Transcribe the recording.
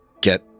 get